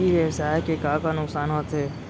ई व्यवसाय के का का नुक़सान होथे?